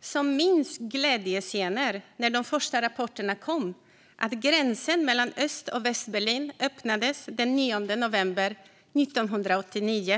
som minns glädjescener när de första rapporterna kom om att gränsen mellan Öst och Västberlin öppnades den 9 november 1989.